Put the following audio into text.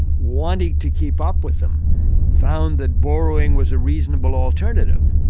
wanting to keep up with them found that borrowing was a reasonable alternative.